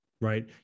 right